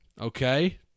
Okay